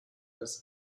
has